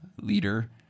leader